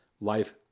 life